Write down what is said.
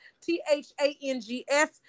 T-H-A-N-G-S